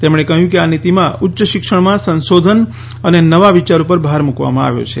તેમણે કહ્યું કે આ નીતિમાં ઉચ્ય શિક્ષણમાં સંશોધન અને નવા ચાર ઉપર ભાર મૂકવામાં આવ્યો છે